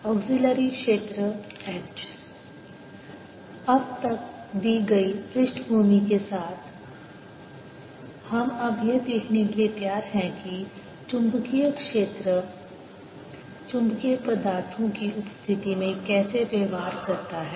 auxiliary क्षेत्र H अब तक दी गई पृष्ठभूमि के साथ हम अब यह देखने के लिए तैयार हैं कि चुंबकीय क्षेत्र चुंबकीय पदार्थों की उपस्थिति में कैसे व्यवहार करता है